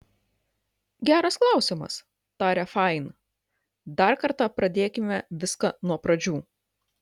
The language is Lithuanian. geras klausimas tarė fain dar kartą pradėkime viską nuo pradžių